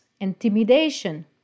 intimidation